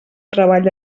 treball